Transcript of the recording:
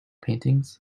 paintings